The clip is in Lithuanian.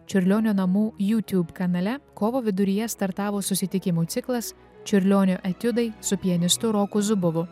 čiurlionio namų jutub kanale kovo viduryje startavo susitikimų ciklas čiurlionio etiudai su pianistu roku zubovu